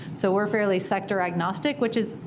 so we're fairly sector agnostic, which is,